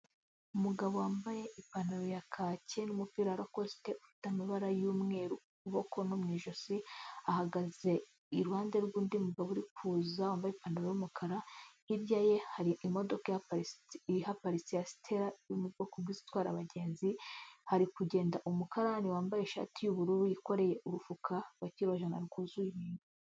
Umugabo wambaye ipantaro ya kake n'umupira wa lakosite ufite amabara y'umweru ku kuboko no mu ijosi, ahagaze iruhande rw'undi mugabo uri kuza wambaye ipantaro, y'umukara, hirya ye hari imodoka ihaparitse ya Sitela iri mu bwoko bw'izitwara abagenzi, hari kugenda umukarani wambaye ishati y'ubururu wikoreye umufuka wa kilojana rwuzuye.